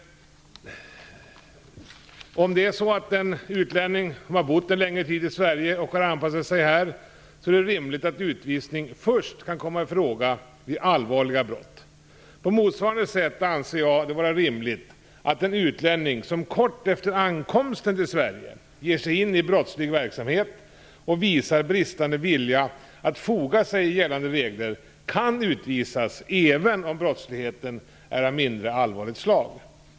Detta innebär t.ex. för en utlänning som bott en längre tid i Sverige, och har anpassat sig här, att det är rimligt att utvisning först kan komma i fråga vid allvarliga brott. På motsvarande sätt anser jag det vara rimligt att en utlänning, som kort efter ankomsten till Sverige ger sig in i brottslig verksamhet och visar bristande vilja att foga sig i gällande regler, kan utvisas även om brottsligheten är av mindre allvarligt slag.